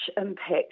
impact